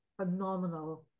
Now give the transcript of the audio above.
phenomenal